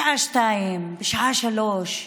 בשעה 02:00, בשעה 03:00,